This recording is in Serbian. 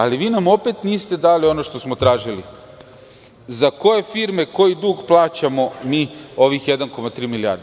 Ali vi nam opet niste dali ono što smo tražili - za koje firme, za koji dug plaćamo mi ovih 1,3 milijardi?